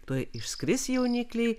tuoj išskris jaunikliai